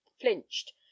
flinched